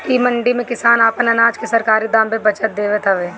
इ मंडी में किसान आपन अनाज के सरकारी दाम पे बचत देवत हवे